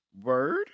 Word